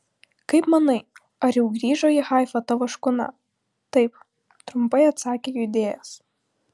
kaip manai ar jau grįžo į haifą tavo škuna taip trumpai atsakė judėjas